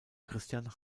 christian